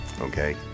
Okay